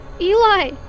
Eli